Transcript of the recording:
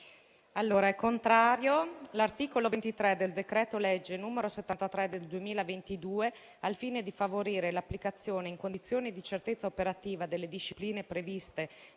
parere è contrario. L'articolo 23 del decreto-legge n. 73 del 2022, al fine di favorire l'applicazione - in condizioni di certezza operativa - delle discipline previste